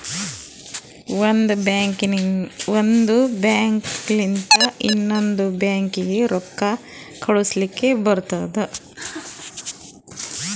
ಒಂದ್ ಬ್ಯಾಂಕ್ ಲಿಂತ ಇನ್ನೊಂದು ಬ್ಯಾಂಕೀಗಿ ರೊಕ್ಕಾ ಕಳುಸ್ಲಕ್ ಬರ್ತುದ